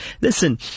listen